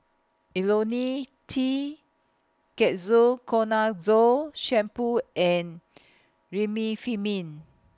Lonil T Ketoconazole Shampoo and Remifemin